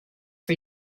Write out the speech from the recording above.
for